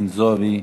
חנין זועבי,